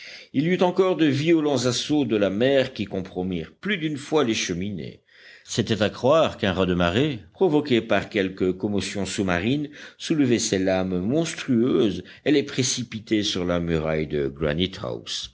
il y eut encore de violents assauts de la mer qui compromirent plus d'une fois les cheminées c'était à croire qu'un raz de marée provoqué par quelque commotion sous-marine soulevait ces lames monstrueuses et les précipitait sur la muraille de